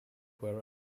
were